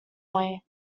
way